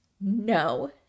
no